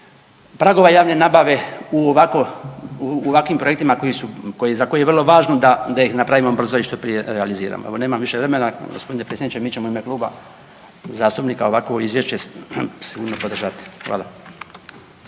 pragova javne nabave u ovakvim projektima za koje je vrlo važno da ih napravimo brzo i što prije realiziramo. Evo nemam više vremena gospodine predsjedniče. Mi ćemo u ime Kluba zastupnika ovakvo izvješće sigurno podržati. Hvala.